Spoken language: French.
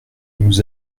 nous